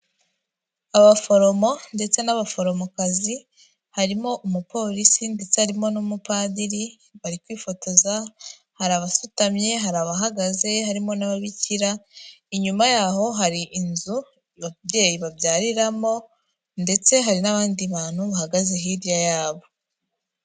Abaforomo ndetse n'abaforomokazi harimo umupolisi ndetse harimo n'umupadiri bari kwifotoza hari abasutamye, hari abahagaze harimo n'ababikira, inyuma yaho hari inzu ababyeyi babyariramo ndetse hari n'abandi bantu bahagaze hirya yabo.